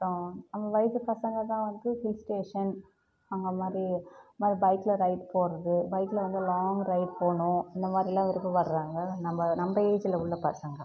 அப்புறம் அந்த வயசு பசங்க தான் வந்து ஹில்ஸ் ஸ்டேஷன் அந்தமாதிரி பைக்கில ரைடு போகறது பைக்கில வந்து லாங் ரைட் போணும் இந்தமாதிரிலாம் விருப்பப்படுறாங்க நம்ப நம்ப ஏஜ்ல உள்ள பசங்க